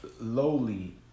lowly